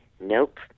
Nope